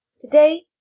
Today